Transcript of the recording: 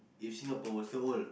if Singapore was so old